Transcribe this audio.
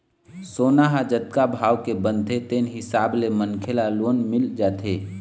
सोना ह जतका भाव के बनथे तेन हिसाब ले मनखे ल लोन मिल जाथे